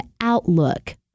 outlook